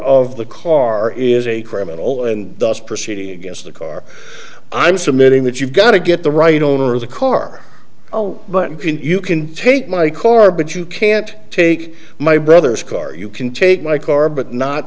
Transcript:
of the car is a criminal and thus proceeding against the car i'm submitting that you've got to get the right owner of the car oh but you can take my car but you can't take my brother's car you can take my car but not